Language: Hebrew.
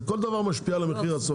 כל דבר משפיע על המחיר הסופי.